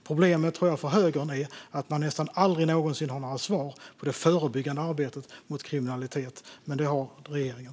Problemet för högern tror jag är att man nästan aldrig har några svar på det förebyggande arbetet mot kriminalitet. Men det har regeringen.